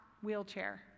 wheelchair